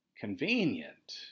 convenient